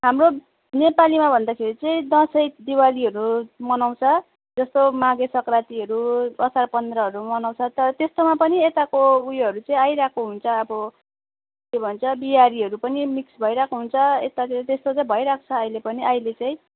हाम्रो नेपालीमा भन्दाखेरि चाहिँ दसैँ दिवालीहरू मनाउँछ जस्तो माघे सङ्क्रान्तिहरू असार पन्ध्रहरू मनाउँछ तर त्यस्तोमा पनि यताको उयोहरू चाहिँ आइरहेको हुन्छ अब के भन्छ बिहारीहरू पनि मिक्स भइरहेको हुन्छ यतातिर त्यस्तो चाहिँ भइरहेको छ अहिले पनि अहिले चाहिँ